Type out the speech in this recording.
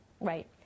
right